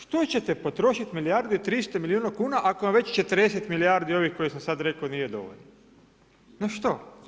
Na što ćete potrošiti milijardu i 300 milijuna kuna ako vam već 40 milijardi ovih koje sam sada rekao nije dovoljno, ne što?